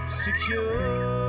secure